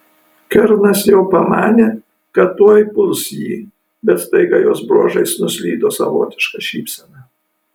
kernas jau pamanė kad tuoj puls jį bet staiga jos bruožais nuslydo savotiška šypsena